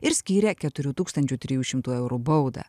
ir skyrė keturių tūkstančių trijų šimtų eurų baudą